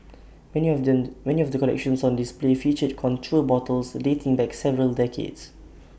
many of them many of the collections on display featured contour bottles dating back several decades